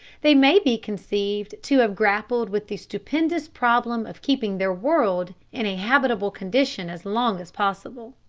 they may be conceived to have grappled with the stupendous problem of keeping their world in a habitable condition as long as possible.